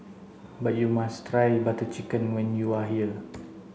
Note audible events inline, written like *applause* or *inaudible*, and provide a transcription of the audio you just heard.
but you must try Butter Chicken when you are here *noise*